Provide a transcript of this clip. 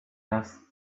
asked